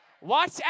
watch